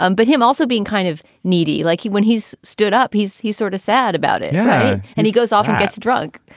um but him also being kind of needy like you when he's stood up, he's he's sort of sad about it yeah and he goes off and gets drunk